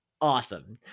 awesome